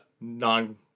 non